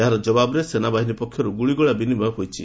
ଏହାର ଜବାବରେ ସେନା ବାହିନୀ ପକ୍ଷରୁ ଗୁଳିଗୋଳା ବିନିମୟ ହୋଇଛି